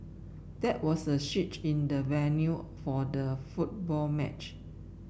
there was a switch in the venue for the football match